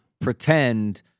pretend